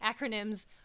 acronyms